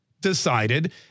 decided